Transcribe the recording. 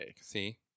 See